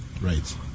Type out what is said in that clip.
right